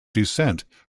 descent